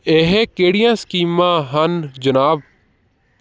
ਇਹ ਕਿਹੜੀਆਂ ਸਕੀਮਾਂ ਹਨ ਜਨਾਬ